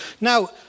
Now